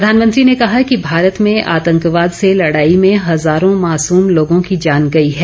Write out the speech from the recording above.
प्रधानमंत्री ने कहा कि भारत में आतंकवाद से लडाई में हजारों मासूम लोगों की जान गई है